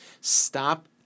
Stop